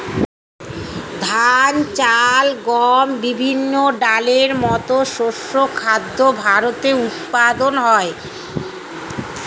ধান, চাল, গম, বিভিন্ন ডালের মতো শস্য খাদ্য ভারতে উৎপাদন হয়